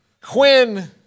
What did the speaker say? Quinn